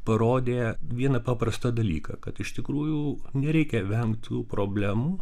parodė vieną paprastą dalyką kad iš tikrųjų nereikia vengt tų problemų